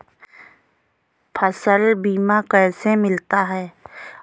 फसल बीमा कैसे मिलता है?